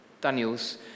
Daniel's